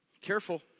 Careful